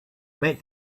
meant